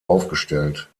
aufgestellt